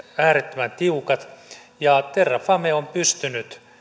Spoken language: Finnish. äärettömän tiukat ja terrafame on pystynyt